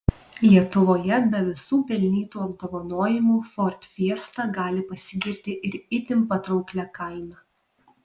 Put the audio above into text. lietuvoje be visų pelnytų apdovanojimų ford fiesta gali pasigirti ir itin patrauklia kaina